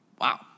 wow